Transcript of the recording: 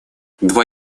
два